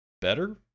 better